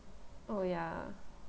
oh ya